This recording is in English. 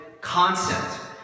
concept